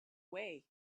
way